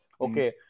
Okay